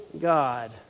God